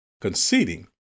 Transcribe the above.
Conceding